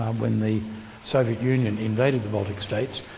um when the soviet union invaded the baltic states,